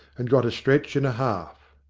and got a stretch and a half.